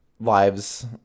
lives